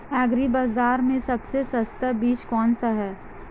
Agree बाज़ार में सबसे सस्ता बीज कौनसा है?